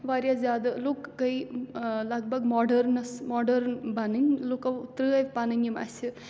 واریاہ زیادٕ لُکھ گٔے لگ بگ ماڈٲرنَس ماڈٲرٕن بَنٕنۍ لُکو ترٛٲوۍ پَنٕنۍ یِم اَسہِ